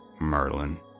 Merlin